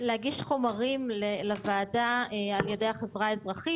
הצורך בעידוד התחרות וצמצום הריכוזיות,